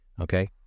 okay